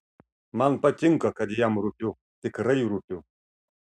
man patinka kad jam rūpiu tikrai rūpiu